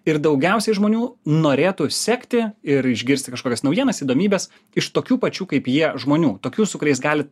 ir daugiausiai žmonių norėtų sekti ir išgirsti kašokias naujienas įdomybes iš tokių pačių kaip jie žmonių tokių su kuriais gali